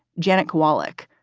jeanette kowalik,